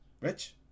Rich